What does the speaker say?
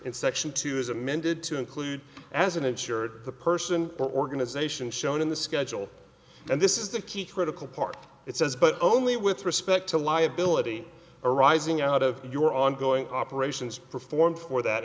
in section two is amended to include as an insured person or organization shown in the schedule and this is the key critical part it says but only with respect to liability arising out of your ongoing operations performed for that